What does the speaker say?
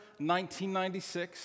1996